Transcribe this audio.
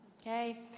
Okay